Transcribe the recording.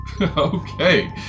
Okay